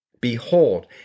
Behold